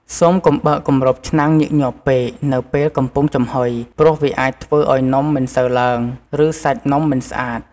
សូមកុំបើកគម្របឆ្នាំងញឹកញាប់ពេកនៅពេលកំពុងចំហុយ ព្រោះវាអាចធ្វើឱ្យនំមិនសូវឡើង ឬសាច់នំមិនស្អាត។